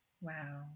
wow